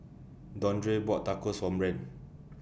Dondre bought Tacos For Brandt